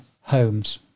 homes